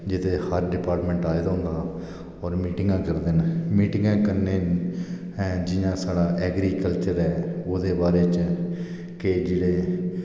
जित्थै हर डिपार्टमेंट आए दा होंदा और मीटिंगा करदे ना मिटिगां हैन जियां साढ़ा ऐग्रीकलचर ऐ ओहदे बारे च केह् जेहड़े